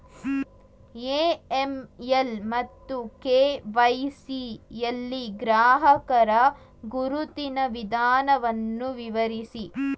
AML ಮತ್ತು KYC ಯಲ್ಲಿ ಗ್ರಾಹಕರ ಗುರುತಿನ ವಿಧಾನವನ್ನು ವಿವರಿಸಿ?